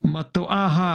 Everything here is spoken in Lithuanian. matau aha